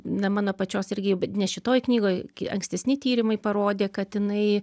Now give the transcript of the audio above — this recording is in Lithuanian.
na mano pačios irgi ne šitoj knygoj ankstesni tyrimai parodė kad jinai